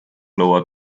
lower